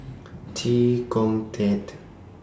Chee Kong Tet